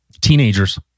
Teenagers